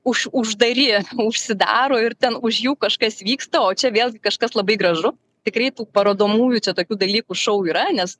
už uždari užsidaro ir ten už jų kažkas vyksta o čia vėlgi kažkas labai gražu tikrai tų parodomųjų čia tokių dalykų šou yra nes